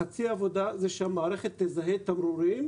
חצי העבודה היא שהמערכת תזהה תמרורים,